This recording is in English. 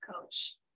coach